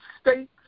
states